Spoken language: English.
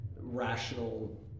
rational –